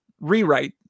rewrite